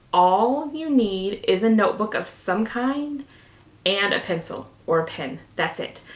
all you need is a notebook of some kind and a pencil or a pen, that's it.